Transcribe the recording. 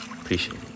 Appreciate